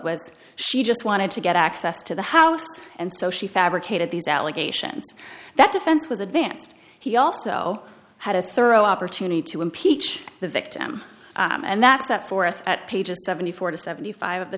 was she just wanted to get access to the house and so she fabricated these allegations that defense was advanced he also had a thorough opportunity to impeach the victim and that for us at pages seventy four to seventy five of the